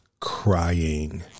crying